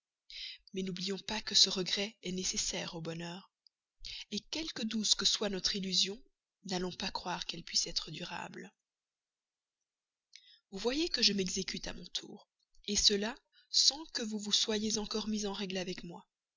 mais n'oublions pas que ce regret est nécessaire au bonheur quelque douce que soit notre illusion n'allons pas croire qu'elle puisse être durable vous voyez que je m'exécute à mon tour cela sans que vous vous soyez encore mis en règle vis-à-vis de moi